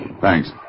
Thanks